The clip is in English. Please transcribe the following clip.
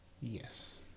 Yes